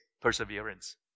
perseverance